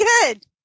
good